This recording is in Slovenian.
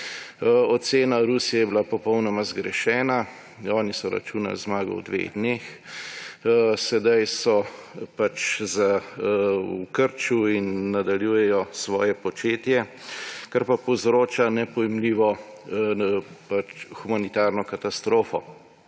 Ocena Rusije je bila popolnoma zgrešena. Oni so računali na zmago v dveh dneh. Sedaj so v krču in nadaljujejo svoje početje, kar pa povzroča nepojmljivo humanitarno katastrofo.